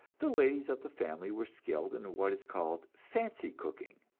the ladies of the family were skilled in what is called fancy cooking.